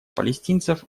палестинцев